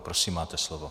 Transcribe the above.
Prosím, máte slovo.